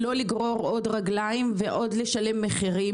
לא לגרור עוד רגליים ולשלם עוד מחירים.